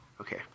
Okay